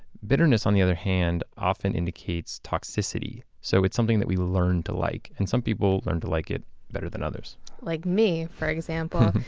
bitterness, on the other hand, often indicates toxicity. so it's something that we learn to like and some people learn to like it better than others like for for example,